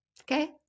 okay